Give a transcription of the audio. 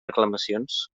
reclamacions